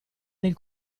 nel